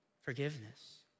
forgiveness